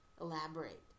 elaborate